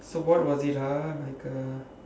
so what was it ah like a